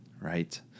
right